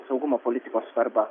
saugumo politikos svarbą